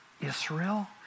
Israel